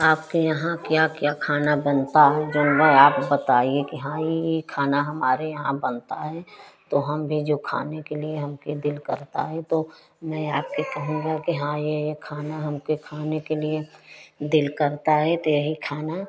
आपके यहाँ क्या क्या खाना बनता है जौन बा आप बताइए कि हाँ ये ये खाना हमारे यहाँ बनता है तो हम भी जो खाने के लिए हमके दिल करता है तो मैं आपके कहूँगा कि हाँ ये ये खाना हमके खाने के लिए दिल करता है तो यही खाना